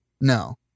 no